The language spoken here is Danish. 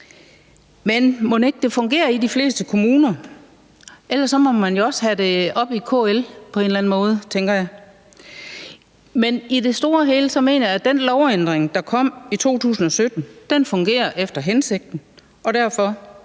Men mon ikke det fungerer i de fleste kommuner? Ellers må man jo også have det op i KL på en eller anden måde, tænker jeg. Men i det store og hele mener jeg at den lovændring, der kom i 2017, fungerer efter hensigten, og derfor